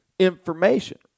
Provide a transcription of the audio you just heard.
information